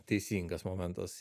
teisingas momentas